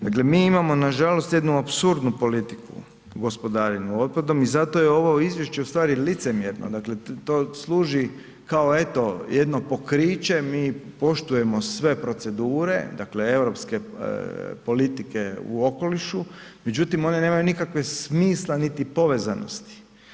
Dakle, mi imamo nažalost jednu apsurdnu politiku gospodarenja otpadom i zato je ovo izvješće ustvari licemjerno, dakle to služi kao eto jedno pokriće, mi poštujemo sve procedure dakle europske politike u okolišu, međutim one nemaju nikakvog smisla niti povezanosti.